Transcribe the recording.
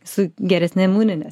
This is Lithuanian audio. su geresne imunine